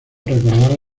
recordar